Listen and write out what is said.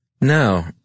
No